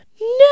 no